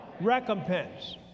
Recompense